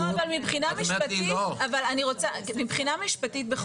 לא, אבל מבחינה משפטית.